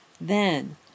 Then